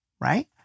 right